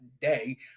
day